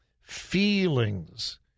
feelings